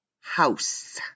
house